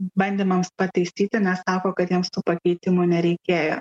bandymams pataisyti nes sako kad jiems tų pakeitimų nereikėjo